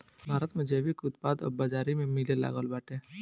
भारत में जैविक उत्पाद अब बाजारी में मिलेलागल बाटे